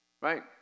Right